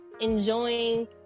enjoying